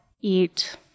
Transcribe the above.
eat